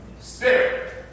spirit